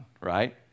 right